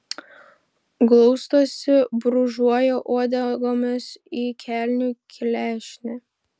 glaustosi brūžuoja uodegomis į kelnių klešnę